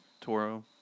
Toro